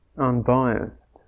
unbiased